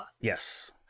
Yes